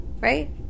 right